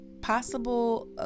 Possible